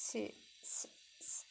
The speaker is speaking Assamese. চি চি চি